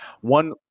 One